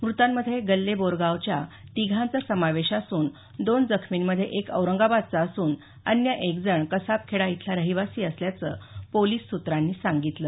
मृतांमध्ये गल्लेबोरगावच्या तिघांचा समावेश असून दोन जखर्मींपैकी एक औरंगाबादचा असून अन्य एक जण कसाबखेडा इथला रहिवासी असल्याचं पोलिस सूत्रांनी सांगितलं